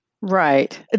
Right